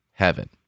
heaven